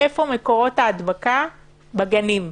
היכן מקורות ההדבקה בגנים.